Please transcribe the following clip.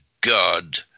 God